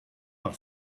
par